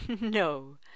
No